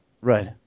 Right